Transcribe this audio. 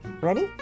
ready